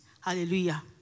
Hallelujah